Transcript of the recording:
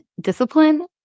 discipline